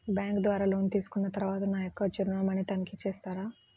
Bank ద్వారా loan తీసుకున్న తరువాత నా యొక్క చిరునామాని తనిఖీ చేస్తారా?